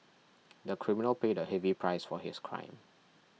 the criminal paid a heavy price for his crime